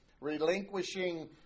relinquishing